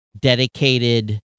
dedicated